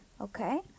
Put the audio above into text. okay